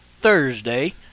Thursday